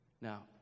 Now